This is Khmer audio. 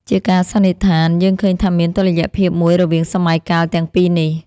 ជាការសន្និដ្ឋាន យើងឃើញថាមានតុល្យភាពមួយរវាងសម័យកាលទាំងពីរនេះ។